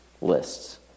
lists